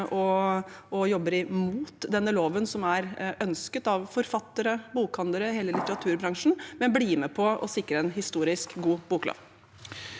og jobber mot denne loven, som er ønsket av forfattere, bokhandlere, hele litteraturbransjen, men blir med på å sikre en historisk god boklov.